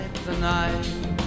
tonight